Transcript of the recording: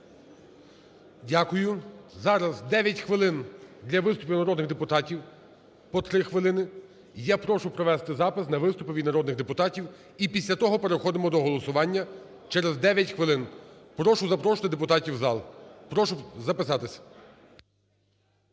Дякую. Зараз дев'ять хвилин для виступів народних депутатів, по три хвилини. Я прошу провести на виступи від народних депутатів і після того переходимо до голосування через дев'ять хвилин. Прошу запрошувати депутатів в зал. Прошу записатись.